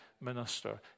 minister